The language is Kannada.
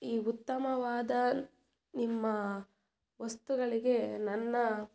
ಈ ಉತ್ತಮವಾದ ನಿಮ್ಮ ವಸ್ತುಗಳಿಗೆ ನನ್ನ